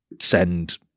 send